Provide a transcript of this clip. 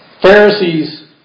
Pharisees